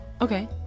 Okay